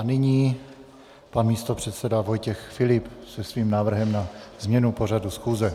Nyní pan místopředseda Vojtěch Filip se svým návrhem na změnu pořadu schůze.